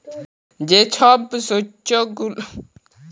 যে ছব শস্য গুলা জমিল্লে চাষ ক্যইরে মাড়াই ক্যরে